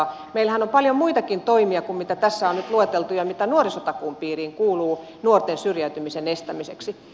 meillähän on paljon muitakin toimia kuin mitä tässä nyt on lueteltu ja mitä nuorisotakuun piiriin kuuluu nuorten syrjäytymisen estämiseksi